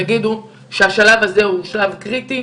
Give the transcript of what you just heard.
יגידו שהשלב הזה הוא שלב קריטי,